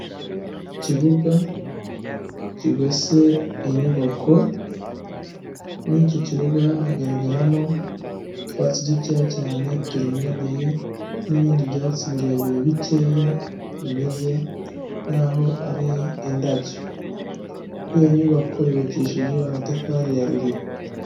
Ikibuga kigose inyubako. Muri iki kibuga hagaragaramo utwatsi dukeya cyane turinganiye n'ibindi byatsi birebire bikeya, bimeze nkaho ari indabyo. Iyo nyubako yubakishije amatafari ya Ruriba.